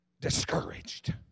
discouraged